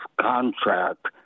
contract